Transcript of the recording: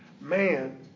Man